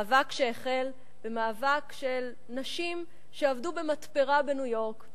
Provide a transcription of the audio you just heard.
למאבק שהחל במאבק של נשים שעבדו במתפרה בניו-יורק,